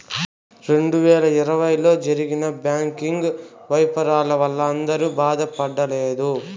రెండు వేల ఇరవైలో జరిగిన బ్యాంకింగ్ వైఫల్యాల వల్ల అందరూ బాధపడలేదు